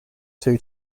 two